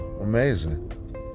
amazing